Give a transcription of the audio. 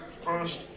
first